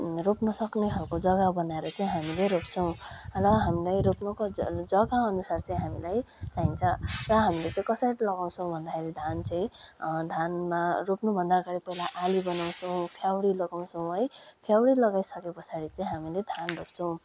रोप्न सक्ने खालको जग्गा बनाएर चाहिँ हामीले रोप्छौँ र हामीलाई रोप्नुको जग्गा अनुसार चाहिँ हामीलाई चाहिन्छ र हामीले चाहिँ कसरी लगाउछौँ भन्दाखेरि धान चाहिँ धानमा रोप्नुभन्दा पहिला आलि बनाउछौँ फ्याउरी लगाउँछौँ है फ्याउरी लगाइसके पछाडि चाहिँ हामीले धान रोप्छौँ